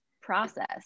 process